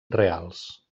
reals